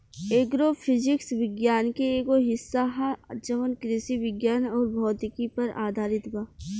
agro physics विज्ञान के एगो हिस्सा ह जवन कृषि विज्ञान अउर भौतिकी पर आधारित बा